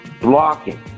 blocking